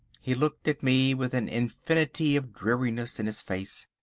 he looked at me with an infinity of dreariness in his face.